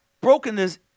Brokenness